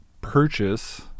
purchase